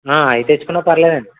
అవి తెచ్చుకున్న పర్లేదు అండి